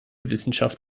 wissenschaft